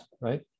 right